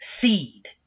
seed